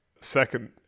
second